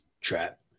trap